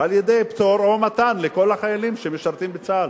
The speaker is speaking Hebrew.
על-ידי פטור או מתן לכל החיילים שמשרתים בצה"ל.